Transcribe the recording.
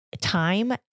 time